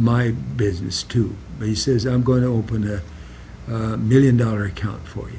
my business to he says i'm going to open a million dollar account for you